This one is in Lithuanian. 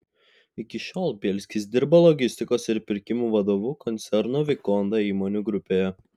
iki šiol bielskis dirbo logistikos ir pirkimų vadovu koncerno vikonda įmonių grupėje